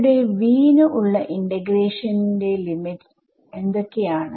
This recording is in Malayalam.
ഇവിടെ v ന് ഉള്ള ഇന്റഗ്രേഷൻന്റെ ലിമിറ്റ്സ് എന്തൊക്കെയാണ്